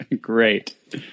Great